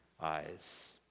eyes